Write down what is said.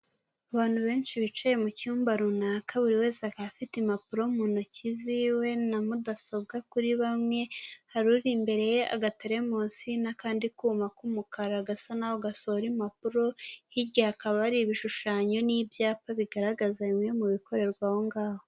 Abantu benshi bicaye mu cyumba runaka buri wese akaba afite impapuro mu ntoki z'iwe na mudasobwa kuri bamwe, hari uri imbere ye agaterimosi n'akandi kuma k'umukara gasa naho gasohora impapuro, hirya hakaba hari ibishushanyo n'ibyapa bigaragaza bimwe mu bikorerwa aho ngaho.